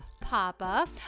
Papa